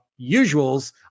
usuals